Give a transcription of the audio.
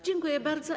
Dziękuję bardzo.